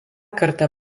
kartą